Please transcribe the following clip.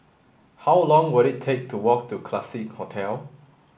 how long will it take to walk to Classique Hotel